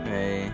Hey